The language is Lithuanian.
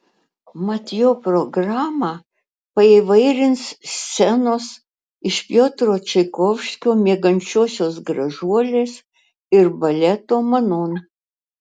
mat jo programą paįvairins scenos iš piotro čaikovskio miegančiosios gražuolės ir baleto manon